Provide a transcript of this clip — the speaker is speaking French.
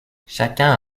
chacun